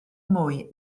mwy